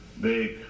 big